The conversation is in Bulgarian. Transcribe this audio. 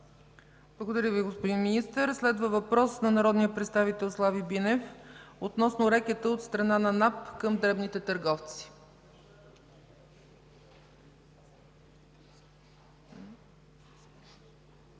Благодаря Ви, господин Министър. Следва въпрос на народния представител Слави Бинев относно рекета от страна на НАП към дребните търговци.